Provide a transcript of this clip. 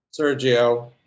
Sergio